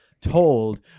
told